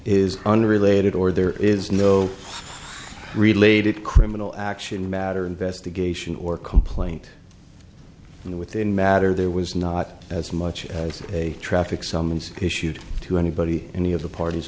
is unrelated or there is no related criminal action matter investigation or complaint within matter there was not as much as a traffic summons issued to anybody any of the parties